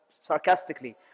sarcastically